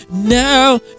Now